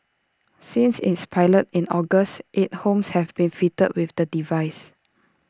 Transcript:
since its pilot in August eight homes have been fitted with the device